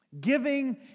giving